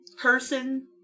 person